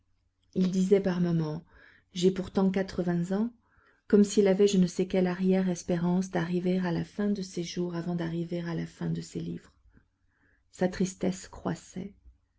il disait par moments j'ai pourtant quatre-vingts ans comme s'il avait je ne sais quelle arrière espérance d'arriver à la fin de ses jours avant d'arriver à la fin de ses livres sa tristesse croissait